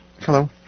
Hello